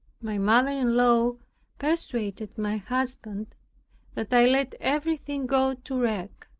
my mother-in-law persuaded my husband that i let everything go to wreck.